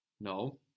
no